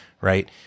right